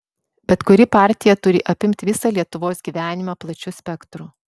bet kuri partija turi apimt visą lietuvos gyvenimą plačiu spektru